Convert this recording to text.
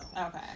Okay